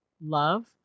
love